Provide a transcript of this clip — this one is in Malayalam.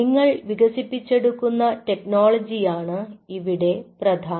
നിങ്ങൾ വികസിപ്പിച്ചെടുക്കുന്ന ടെക്നോളജിയാണ് ഇവിടെ പ്രധാനം